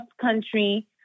country